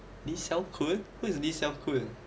lee seow kun who is lee seow kun